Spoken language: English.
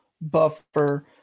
Buffer